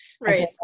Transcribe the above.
right